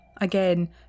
again